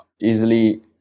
easily